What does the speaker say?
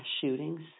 shootings